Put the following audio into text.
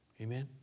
Amen